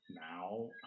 now